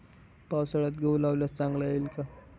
पावसाळ्यात गहू लावल्यास चांगला येईल का?